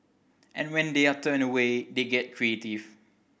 and when they are turned away they get creative